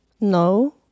No